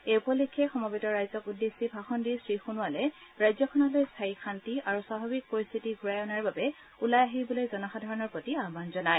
এই উপলক্ষে সমবেত ৰাইজক উদ্দেশ্যি ভাষণ দি শ্ৰীসোণোৱালে ৰাজ্যখনলৈ স্থায়ী শান্তি আৰু স্বাভাৱিক পৰিস্থিতি ঘূৰাই অনাৰ বাবে ওলাই আহিবলৈ জনসাধাৰণৰ প্ৰতি আহান জনায়